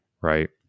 right